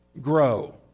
grow